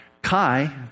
Kai